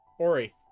Ori